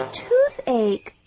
toothache